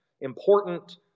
important